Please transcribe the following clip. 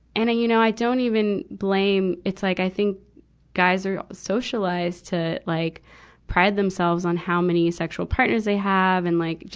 and i, you know, i don't even blame it's like i think guys are socialized to like pride themselves on how many sexual partners they have, and like ju,